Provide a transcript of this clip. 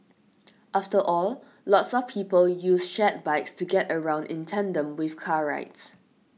after all lots of people use shared bikes to get around in tandem with car rides